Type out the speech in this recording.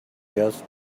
just